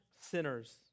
sinners